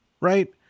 right